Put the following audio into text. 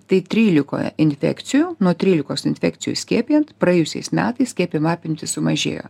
tai trylikoje infekcijų nuo trylikos infekcijų skiepijant praėjusiais metais skiepijimo apimtys sumažėjo